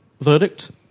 verdict